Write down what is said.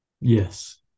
yes